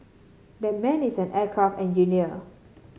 that man is an aircraft engineer